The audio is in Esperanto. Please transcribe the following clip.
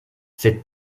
sed